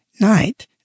night